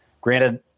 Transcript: Granted